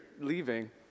leaving